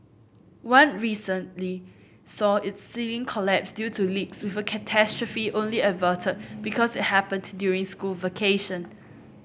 one recently saw its ceiling collapse due to leaks with a catastrophe only averted because it happened to during school vacation